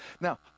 Now